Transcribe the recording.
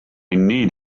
need